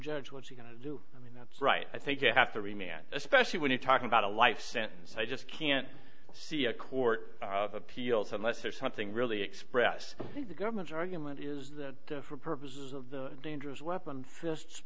judge what's he going to do i mean that's right i think you have to remain an especially when you're talking about a life sentence i just can't see a court of appeal to a lesser something really express the government's argument is that for purposes of the dangerous weapon fists